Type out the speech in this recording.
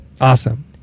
awesome